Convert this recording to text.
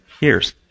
years